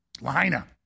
Lahaina